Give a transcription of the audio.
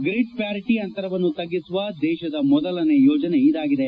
grid parity ಅಂತರವನ್ನು ತಗ್ಗಿಸುವ ದೇಶದ ಮೊದಲನೇ ಯೋಜನೆ ಇದಾಗಿದೆ